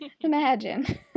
imagine